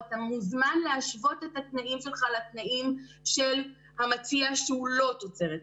אתה מוזמן להשוות את התנאים שלך לתנאים של המציע שהוא לא תוצרת הארץ.